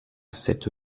cette